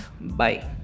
bye